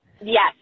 yes